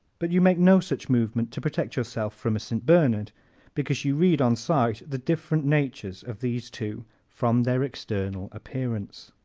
but you make no such movement to protect yourself from a st. bernard because you read, on sight, the different natures of these two from their external appearance.